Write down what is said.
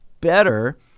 better